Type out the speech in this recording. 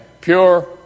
pure